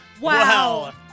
Wow